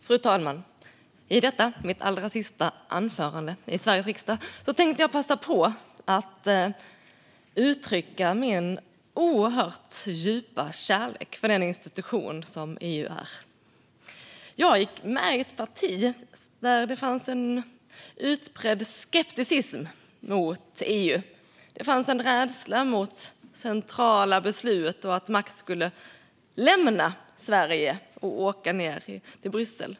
Fru talman! I detta mitt allra sista anförande i Sveriges riksdag tänkte jag passa på att uttrycka min oerhört djupa kärlek för den institution som EU är. Jag gick med i ett parti där det fanns en utbredd skepticism mot EU. Det fanns en rädsla för centrala beslut och att makt skulle lämna Sverige och åka ned till Bryssel.